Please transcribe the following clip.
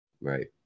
Right